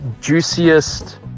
juiciest